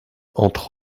entre